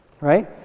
right